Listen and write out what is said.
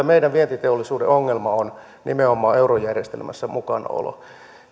meidän vientiteollisuuden ongelma on nimenomaan eurojärjestelmässä mukanaolo